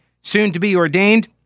soon-to-be-ordained